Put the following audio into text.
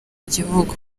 igihugu